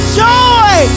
joy